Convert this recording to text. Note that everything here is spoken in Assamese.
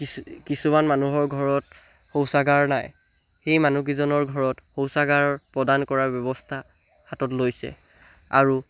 কিছু কিছুমান মানুহৰ ঘৰত শৌচাগাৰ নাই সেই মানুহকেইজনৰ ঘৰত শৌচাগাৰ প্ৰদান কৰাৰ ব্যৱস্থা হাতত লৈছে আৰু